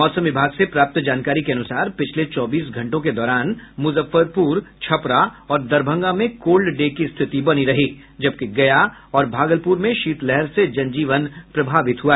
मौसम विभाग से प्राप्त जानकारी के अनुसार पिछले चौबीस घंटों के दौरान मुजफ्फरपुर छपरा और दरभंगा में कोल्ड डे की स्थिति बनी रही जबकि गया और भागलप्रर में शीतलहर से जनजीवन प्रभावित हआ